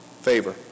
favor